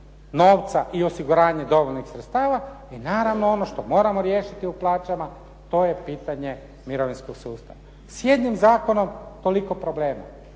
novca i osiguranje dovoljnih sredstava i naravno ono što moramo riješiti u plaćama to je mirovinskom sustava. S jednim zakonom toliko problema.